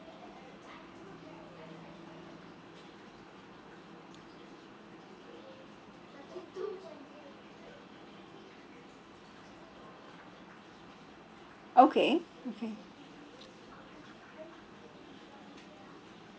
okay okay